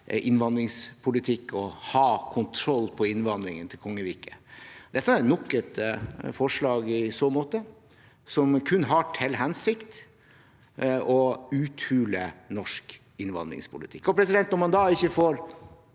innvandringspolitikk og ha kontroll på innvandringen til kongeriket. Dette er nok et forslag i så måte, som kun har til hensikt å uthule norsk innvandringspolitikk.